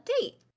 date